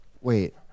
Wait